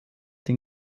den